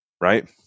Right